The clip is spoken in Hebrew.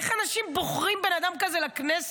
איך אנשים בוחרים בן אדם כזה לכנסת?